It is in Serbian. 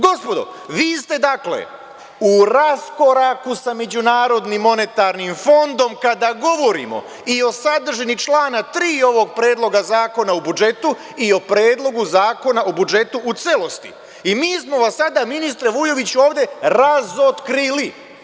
Gospodo, vi ste, dakle, u raskoraku sa MMF-om, kada govorimo i o sadržini člana 3. ovog Predloga zakona u budžetu i o Predlogu zakona o budžetu u celosti i mi smo vam sada, ministre Vujoviću, ovde razotkrili.